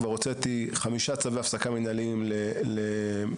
כבר הוצאתי חמישה צווי הפסקה מנהליים למעונות,